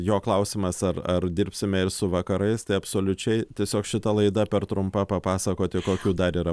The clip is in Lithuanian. jo klausimas ar ar dirbsime ir su vakarais tai absoliučiai tiesiog šita laida per trumpa papasakoti kokių dar yra